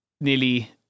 nearly